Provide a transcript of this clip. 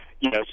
Yes